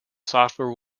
software